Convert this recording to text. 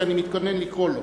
שאני מתכונן לקרוא לו.